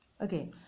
okay